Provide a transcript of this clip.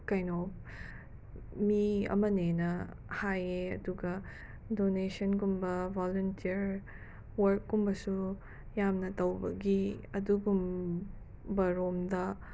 ꯀꯩꯅꯣ ꯃꯤ ꯑꯃꯅꯦꯅ ꯍꯥꯏꯌꯦ ꯑꯗꯨꯒ ꯗꯣꯅꯦꯁꯟꯒꯨꯝꯕ ꯚꯣꯂꯟꯇꯤꯌꯔ ꯋꯥꯔꯛꯀꯨꯝꯕꯁꯨ ꯌꯥꯝꯅ ꯇꯧꯕꯒꯤ ꯑꯗꯨꯒꯨꯝꯕꯔꯣꯝꯗ